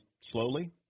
Slowly